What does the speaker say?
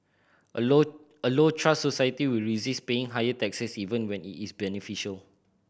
a low a low trust society will resist paying higher taxes even when it is beneficial